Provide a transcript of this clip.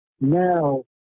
now